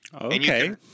Okay